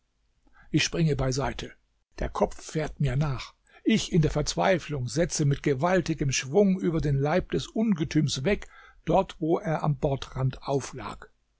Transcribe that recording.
ich springe beiseite der kopf fährt mir nach ich in der verzweiflung setze mit gewaltigem schwung über den leib des ungetüms weg dort wo er am bordrand auflag